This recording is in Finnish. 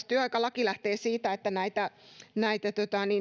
työaikalaki lähtee siitä että näitä näitä